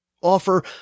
offer